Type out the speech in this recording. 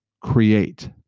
create